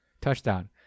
touchdown